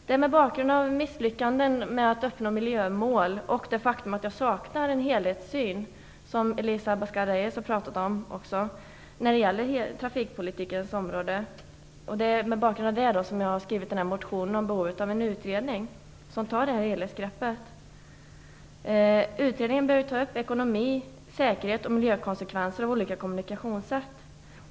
Det är mot bakgrund av misslyckanden med att uppnå miljömål och det faktum att jag saknar en helhetssyn på trafikpolitikens område, som Elisa Abascal Reyes också talat om, som jag har skrivit motionen om behovet av en utredning som tar helhetsgreppet. Utredningen bör ta upp ekonomi, säkerhet och miljökonsekvenser av olika kommunikationssätt.